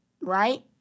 right